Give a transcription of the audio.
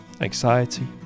Anxiety